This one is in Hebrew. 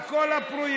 על כל הפרויקטים.